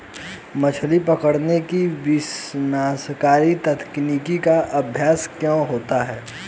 मछली पकड़ने की विनाशकारी तकनीक का अभ्यास क्यों होता है?